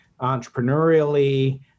entrepreneurially